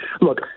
Look